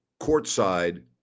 courtside